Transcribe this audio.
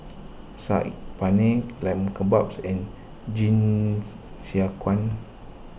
Saag Paneer Lamb Kebabs and Jingisukan